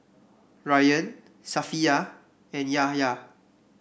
Ryan Safiya and Yahya